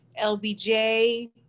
LBJ